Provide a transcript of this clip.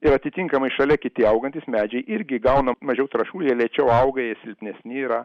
ir atitinkamai šalia kiti augantys medžiai irgi gauna mažiau trąšų jie lėčiau auga jie silpnesni yra